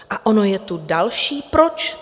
A ono je tu další proč.